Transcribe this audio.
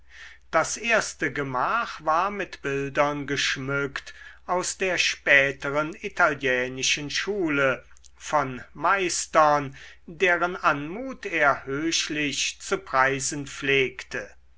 das erste gemach war mit bildern geschmückt aus der späteren italienischen schule von meistern deren anmut er höchlich zu preisen pflegte